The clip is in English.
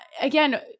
again